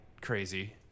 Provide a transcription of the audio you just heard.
crazy